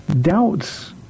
doubts